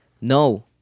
No